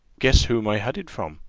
guess whom i had it from